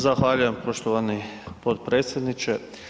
Zahvaljujem poštovani potpredsjedniče.